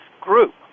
group